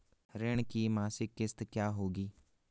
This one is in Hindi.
ऋण की मासिक किश्त क्या होगी?